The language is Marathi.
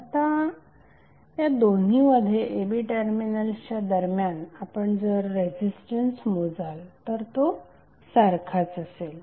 आता या दोन्हीमध्ये a b टर्मिनल्सच्या दरम्यान आपण जर रेझिस्टन्स मोजाल तर तो सारखाच असेल